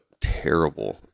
terrible